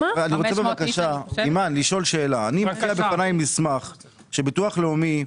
יש לפניי מסמך של ביטוח לאומי,